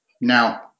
Now